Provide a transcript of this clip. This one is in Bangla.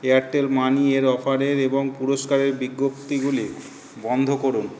এয়ারটেল মানি এর অফারের এবং পুরস্কারের বিজ্ঞপ্তিগুলি বন্ধ করুন